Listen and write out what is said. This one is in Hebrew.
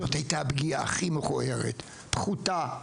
זאת הייתה הפגיעה הכי מכוערת, פחותה,